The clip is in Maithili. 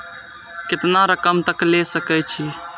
केतना रकम तक ले सके छै?